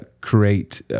create